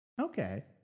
okay